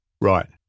Right